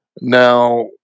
Now